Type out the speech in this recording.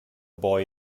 boy